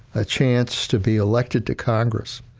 a chance to be elected to congress,